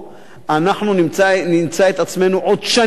אנחנו נמצא את עצמנו עוד שנים רבות